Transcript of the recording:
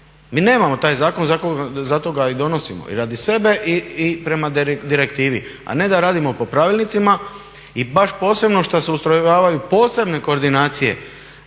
mi nemamo taj zakon zato ga i donosimo i radi sebe i prema direktivi. A ne da radimo po pravilnicima i baš posebno što se ustrojavaju posebne koordinacije